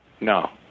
No